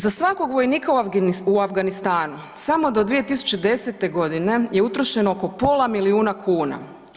Za svakog vojnika u Afganistanu samo do 2010.g. je utrošeno oko pola milijuna kuna.